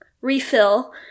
refill